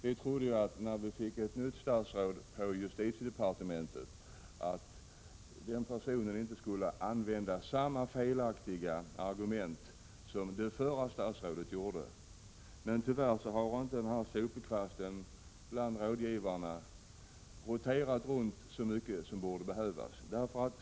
Vi trodde, när vi fick ett nytt statsråd på justitiedepartementet, att den personen inte skulle använda samma felaktiga argument som det förra statsrådet gjorde. Tyvärr har inte sopkvasten roterat bland rådgivarna så mycket som den borde ha gjort.